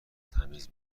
تمیز